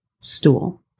stool